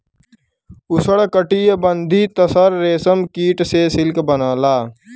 उष्णकटिबंधीय तसर रेशम कीट से सिल्क बनला